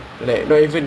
mm